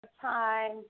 time